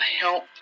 help